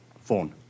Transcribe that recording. phone